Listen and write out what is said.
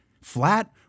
flat